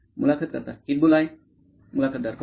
मुलाखत कर्ता हिट बुल आइ मुलाखतदार होय